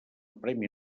premi